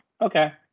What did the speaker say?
Okay